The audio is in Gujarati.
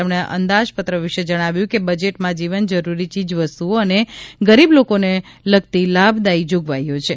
તેમણે અંદાજ પત્ર વિશે જણાવ્યું કે બજેટમાં જીવન જરૂરી ચીજવસ્તુઓ અને ગરીબ લોકોને લગતી લાભદાયી જોગવાઈઓ છે